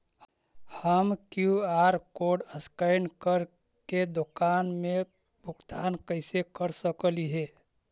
हम QR code scan करके दुकान में भुगतान कैसे कर सकली हे?